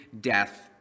death